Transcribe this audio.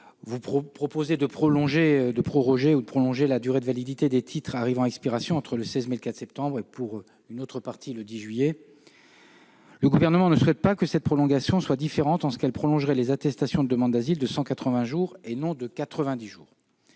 de proroger ou de prolonger la durée de validité des titres arrivant à expiration entre le 16 mai et le 10 juillet, ou le 4 septembre. Le Gouvernement ne souhaite pas que cette prolongation soit différente en ce qu'elle prolongerait les attestations de demande d'asile de 180 jours et non de 90 jours.